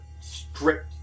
stripped